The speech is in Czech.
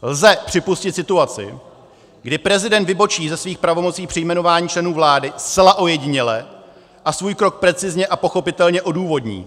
Lze připustit situaci, kdy prezident vybočí ze svých pravomocí při jmenování členů vlády zcela ojediněle a svůj krok precizně a pochopitelně odůvodní.